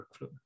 workflow